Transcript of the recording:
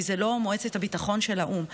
כי זאת לא מועצת הביטחון של האו"ם,